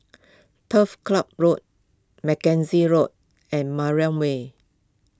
Turf Ciub Road Mackenzie Road and Mariam Way